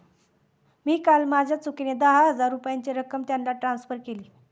मी काल माझ्या चुकीने दहा हजार रुपयांची रक्कम त्यांना ट्रान्सफर केली